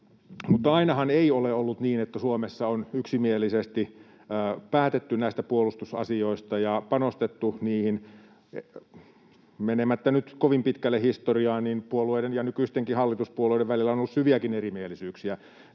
Ainahan ei ole ollut niin, että Suomessa on yksimielisesti päätetty näistä puolustusasioista ja panostettu niihin. Menemättä nyt kovin pitkälle historiaan puolueiden ja nykyistenkin hallituspuolueiden välillä on ollut syviäkin erimielisyyksiä